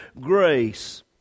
grace